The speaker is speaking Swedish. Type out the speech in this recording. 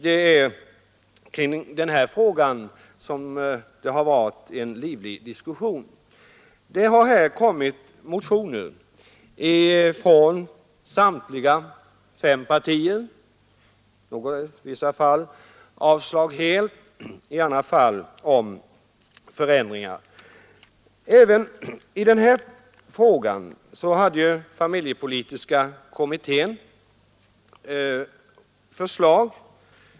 Det är som sagt den frågan det har stått en så livlig diskussion om. Från samtliga fem partier har det väckts motioner i den frågan, i vissa fall med yrkande om avslag, i andra fall med yrkande om ändringar. Även här har familjepolitiska kommittén framfört förslag.